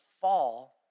fall